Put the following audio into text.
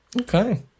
Okay